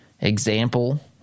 example